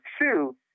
two